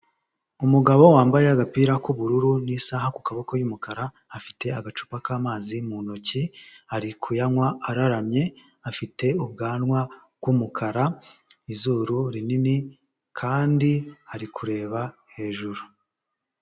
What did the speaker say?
Umugabo wambaye agapira k'ubururu n'isaha ku kaboko y'umukara, afite agacupa k'amazi mu ntoki ari kuyanywa araramye, afite ubwanwa bw'umukara, izuru rinini kandi ari kureba hejuru.